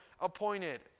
appointed